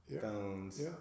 phones